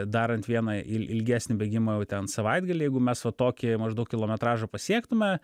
darant vieną il ilgesnį bėgimą jau ten savaitgalį jeigu mes va tokį maždaug kilometražą pasiektume